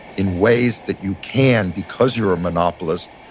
in ways that you can, because you're a monopolist,